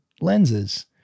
lenses